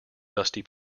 dusty